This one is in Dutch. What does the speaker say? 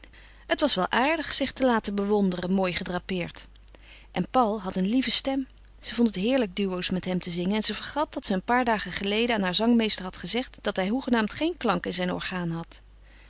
het was wel aardig zich te laten bewonderen mooi gedrapeerd en paul had een lieve stem ze vond het heerlijk duo's met hem te zingen en ze vergat dat ze een paar dagen geleden aan haar zangmeester had gezegd dat hij hoegenaamd geen klank in zijn orgaan had